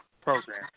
program